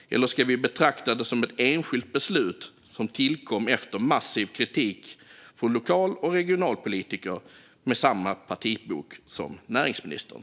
Eller ska vi betrakta det som ett enskilt beslut som tillkom efter massiv kritik från lokal och regionalpolitiker med samma partibok som näringsministern?